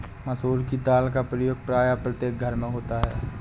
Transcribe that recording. मसूर की दाल का प्रयोग प्रायः प्रत्येक घर में होता है